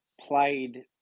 played